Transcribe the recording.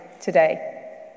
today